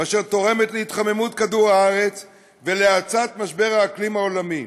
ותורמת להתחממות כדור הארץ ולהאצת משבר האקלים העולמי.